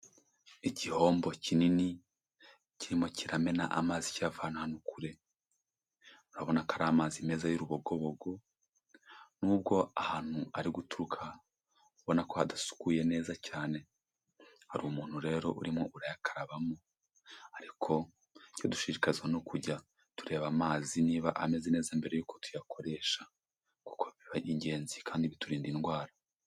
Igihombo kinini kirimo kiramena amazi kiyavana ahantu kure, urabona ko ari amazi meza y'urubogobogo nubwo ahantu ari guturuka ubona ko hadasukuye neza cyane, hari umuntu rero urimo urayakarabamo, ariko icyo dushishikarizwa ni ukujya tureba amazi niba ameze neza mbere y'uko tuyakoresha, kuko biba ingenzi kandi biturinda indwara.